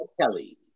Kelly